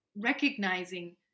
recognizing